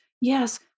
yes